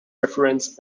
referenced